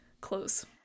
close